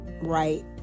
right